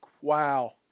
wow